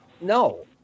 no